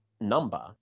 number